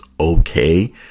okay